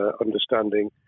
understanding